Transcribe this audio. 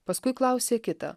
paskui klausia kitą